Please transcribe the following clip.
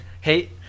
Hey